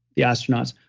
the astronauts.